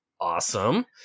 awesome